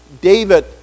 David